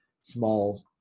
small